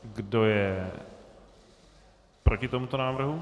Kdo je proti tomuto návrhu?